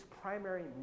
primary